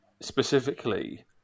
specifically